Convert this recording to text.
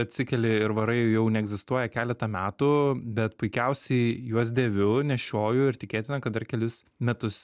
atsikeli ir varai jau neegzistuoja keletą metų bet puikiausiai juos dėviu nešioju ir tikėtina kad dar kelis metus